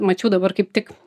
mačiau dabar kaip tik